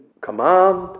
command